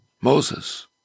Moses